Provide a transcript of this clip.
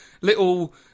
little